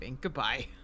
Goodbye